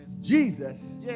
Jesus